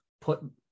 put